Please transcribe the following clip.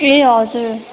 ए हजुर